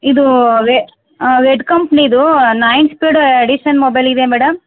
ಇದು ರೆ ರೆಡ್ ಕಂಪ್ನೀದು ನೈನ್ ಸ್ಪೀಡ್ ಎಡಿಶನ್ ಮೊಬೈಲ್ ಇದೆ ಮೇಡಮ್